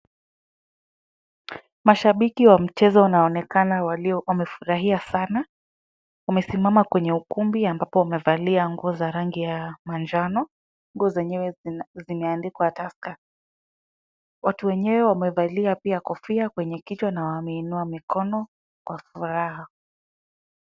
Mashabiki wa mchezo wanaonekana wamefurahia Sana, wamesimama kwenye ukumbi ambapo wamevalia nguo za rangi ya manjano, nguo zenyewe zimeandikwa taka, watu wenyewe wamevalia pia kofia Kwa kichwa na wameinua mikono Kwa furaha.